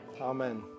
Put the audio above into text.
Amen